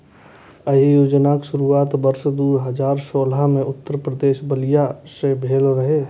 एहि योजनाक शुरुआत वर्ष दू हजार सोलह मे उत्तर प्रदेशक बलिया सं भेल रहै